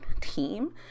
team